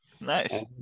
nice